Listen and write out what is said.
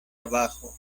abajo